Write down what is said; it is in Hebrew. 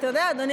אדוני